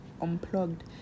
unplugged